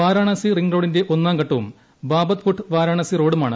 Varanasi ring റോഡിന്റെ ഒന്നാം ഘട്ടവും ബാബത് പുട്ട് വാരാണസി റോഡുമാണ്